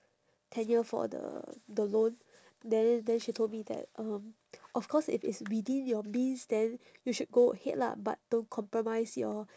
tenure for the the loan then then she told me that um of course if it's within your means then you should go ahead lah but don't compromise your